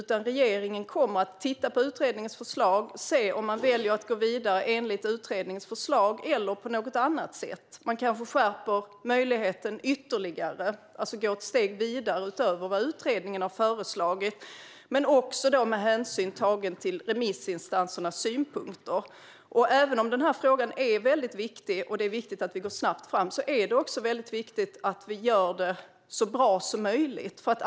Regeringen kommer att titta på utredningens förslag och se om man väljer att gå vidare enligt utredningens förslag eller på något annat sätt. Man kanske skärper möjligheten ytterligare, alltså går ett steg vidare utöver vad utredningen har föreslagit men också då med hänsyn tagen till remissinstansernas synpunkter. Även om den här frågan är väldigt viktig, och det är viktigt att vi går snabbt fram, är det också väldigt viktigt att vi gör det så bra som möjligt.